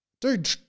dude